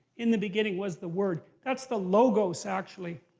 in the beginning was the word, that's the logos actually.